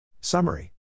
Summary